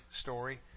story